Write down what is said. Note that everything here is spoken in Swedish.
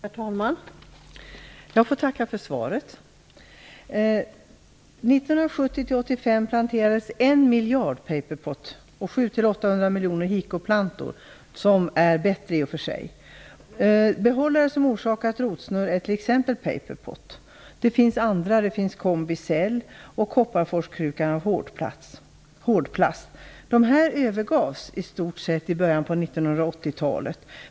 Herr talman! Jag får tacka för svaret. 1970-1985 planterades en miljard paperpot och 700-800 miljoner hickoplantor, som är bättre i och för sig. Jag vidhåller att orsak till rotsnurr är t.ex. paperpot. Det finns andra, som combicell och liknande med hårdplast. Dessa övergavs i stort sett i början på 1980-talet.